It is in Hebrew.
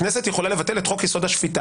הכנסת יכולה לבטל את חוק השפיטה.